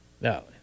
No